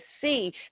see